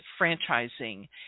franchising